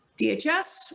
DHS